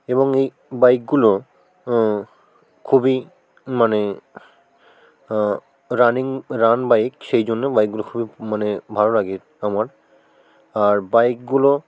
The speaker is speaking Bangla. এবং এই বাইকগুলো খুবই মানে রানিং রান বাইক সেই জন্য বাইকগুলো খুবই মানে ভালো লাগে আমার আর বাইকগুলো